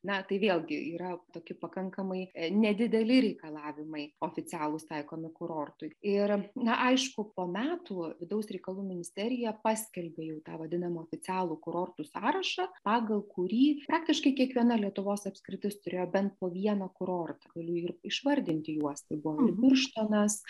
na tai vėlgi yra tokie pakankamai nedideli reikalavimai oficialūs taikomi kurortui ir na aišku po metų vidaus reikalų ministerija paskelbė jau tą vadinamą oficialų kurortų sąrašą pagal kurį praktiškai kiekviena lietuvos apskritis turėjo bent po vieną kurortą galiu ir išvardinti juos tai buvo birštonas